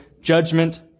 judgment